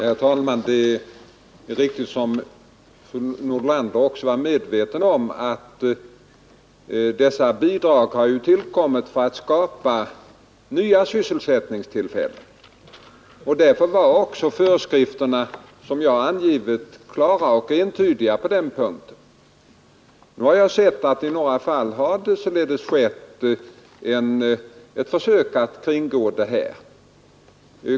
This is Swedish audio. Herr talman! Det är riktigt som fru Nordlander säger att bidragen har tillkommit för att skapa nya sysselsättningstillfällen. Därför är också föreskrifterna, som jag har angivit, klara och entydiga på den punkten. Jag har emellertid sett att det i flera fall har gjorts försök att kringgå anvisningarna.